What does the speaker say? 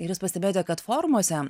ir jūs pastebėjote kad forumuose